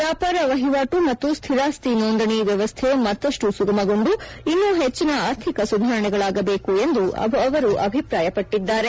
ವ್ಯಾಪಾರ ವಹವಾಟು ಮತ್ತು ಸ್ಥಿರಾಸ್ತಿ ನೊಂದಣಿ ವ್ಯವಸ್ಥೆ ಮತ್ತಷ್ಟು ಸುಗಮಗೊಂಡು ಇನ್ನು ಹೆಚ್ಚಿನ ಆರ್ಥಿಕ ಸುಧಾರಣೆಗಳಾಗಬೇಕು ಎಂದು ಅವರು ಅಭಿಪ್ರಾಯಪಟ್ಟದ್ದಾರೆ